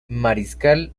mariscal